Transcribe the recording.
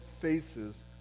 faces